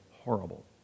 horrible